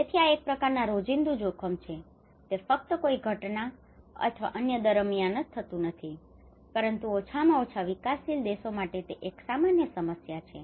તેથી આ એક પ્રકારનું રોજિંદુ જોખમ છે તે ફક્ત કોઈ ઘટના અથવા અન્ય દરમિયાન જ થતું નથી પરંતુ ઓછામાં ઓછા વિકાસશીલ દેશો માટે તે એક સામાન્ય સમસ્યા છે